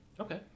Okay